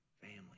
family